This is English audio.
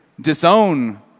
disown